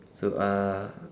so uh